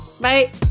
Bye